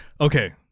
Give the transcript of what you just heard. Okay